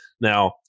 now